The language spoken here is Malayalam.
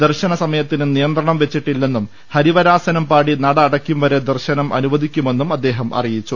ദർശന സമയത്തിന് നിയന്ത്രണംവെച്ചി ട്ടില്ലെന്നും ഹരിവരാസനംപാടി നട അടയ്ക്കുംവരെ ദർശനം അനുവദി ക്കുമെന്നും അദ്ദേഹം അറിയിച്ചു